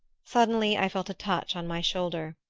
suddenly i felt a touch on my shoulder.